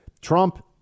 Trump